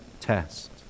test